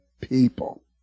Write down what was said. people